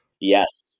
yes